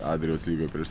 adrijos lygoj prieš